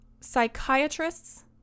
Psychiatrists